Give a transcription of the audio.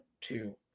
two